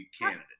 candidate